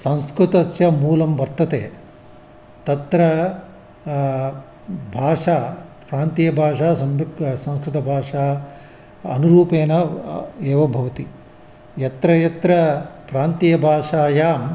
संस्कृतस्य मूलं वर्तते तत्र भाषा प्रान्तीयभाषा क् संस्कृतभाषा अनुरूपेण एवं भवति यत्र यत्र प्रान्तीयभाषायाम्